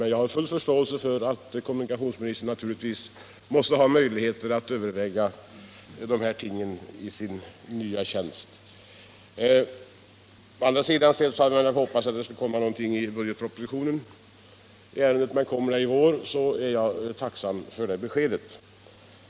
Men jag har full förståelse för att kommunikationsministern naturligtvis måste ha möjligheter att överväga dessa ting i sitt nya ämbete. Jag hade nog hoppats att ärendet skulle nämnas i budgetpropositionen, men kommer förslaget i vår är jag tacksam för det beskedet.